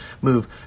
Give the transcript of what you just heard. move